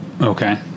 okay